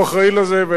הוא אחראי לזה.